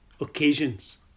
occasions